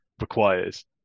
requires